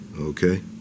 okay